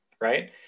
right